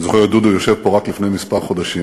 אני זוכר את דודו יושב פה רק לפני כמה חודשים,